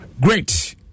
great